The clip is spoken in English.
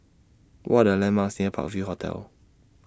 What Are The landmarks near Park View Hotel